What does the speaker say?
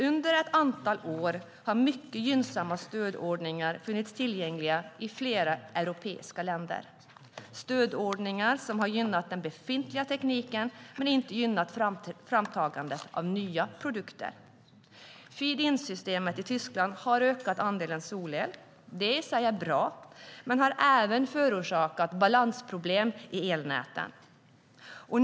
Under ett antal år har mycket gynnsamma stödordningar funnits tillgängliga i flera europeiska länder. Det är stödordningar som har gynnat den befintliga tekniken men inte gynnat framtagandet av nya produkter. Feed in-systemet i Tyskland har ökat andelen solel. Det är i sig bra, men det har även förorsakat balansproblem i elnäten.